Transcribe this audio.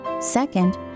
Second